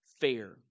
fair